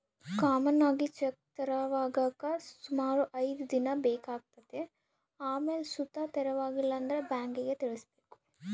common ಆಗಿ check ತೆರವಾಗಾಕ ಸುಮಾರು ಐದ್ ದಿನ ಬೇಕಾತತೆ ಆಮೇಲ್ ಸುತ ತೆರವಾಗಿಲ್ಲಂದ್ರ ಬ್ಯಾಂಕಿಗ್ ತಿಳಿಸ್ಬಕು